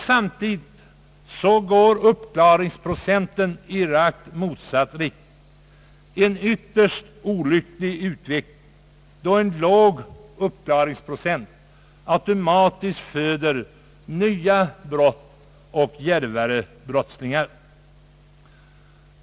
Samtidigt går uppklaringsprocenten i rakt motsatt riktning. Detta är en ytterst olycklig utveckling, eftersom en låg uppklaringsprocent automatiskt föder nya brott och djärvare brottslingar.